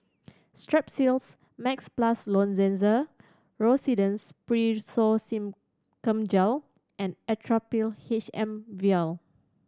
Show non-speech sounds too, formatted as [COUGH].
Strepsils Max Plus [UNINTELLIGIBLE] Rosiden's Piroxicam Gel and Actrapid H M Vial